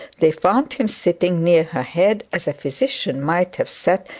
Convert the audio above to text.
they found him sitting near her head, as a physician might have sat,